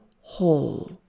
whole